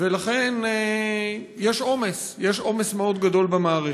ולכן יש עומס, יש עומס מאוד גדול במערכת.